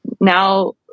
now